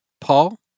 Paul